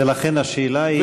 ולכן השאלה היא?